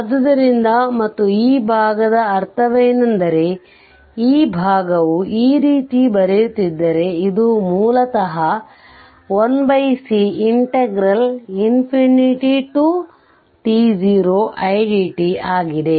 ಆದ್ದರಿಂದ ಮತ್ತು ಈ ಭಾಗದ ಅರ್ಥವೇನೆಂದರೆ ಈ ಭಾಗವು ಈ ರೀತಿ ಬರೆಯುತ್ತಿದ್ದರೆ ಇದು ಮೂಲತಃ 1 c t0idt ಆಗಿದೆ